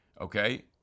Okay